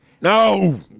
No